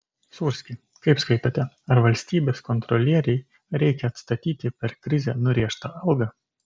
sūrski kaip skaitote ar valstybės kontrolierei reikia atstatyti per krizę nurėžtą algą